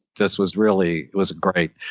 this was really. it was great